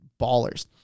ballers